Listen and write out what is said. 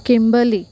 किंबली